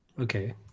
okay